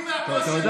בבקשה, נא לכבד.